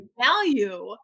value